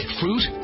fruit